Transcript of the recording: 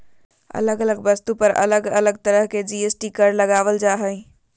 अलग अलग वस्तु पर अलग अलग तरह के जी.एस.टी कर लगावल जा हय